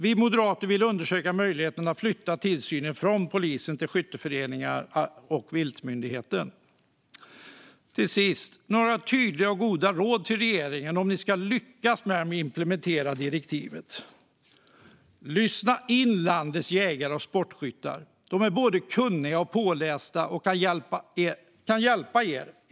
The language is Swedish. Vi moderater vill undersöka möjligheten att flytta tillsynen från polisen till skytteföreningarna och viltmyndigheten. Till sist har jag några tydliga och goda råd till regeringen om ni ska lyckas med att implementera direktivet. Lyssna in landets jägare och sportskyttar! De är både kunniga och pålästa, och de kan hjälpa er.